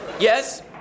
Yes